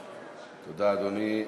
תודה, אדוני.